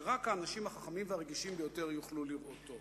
שרק האנשים החכמים והרגישים ביותר יוכלו לראותה.